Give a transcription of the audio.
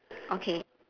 okay